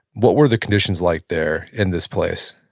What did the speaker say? what were the conditions like there in this place?